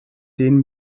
den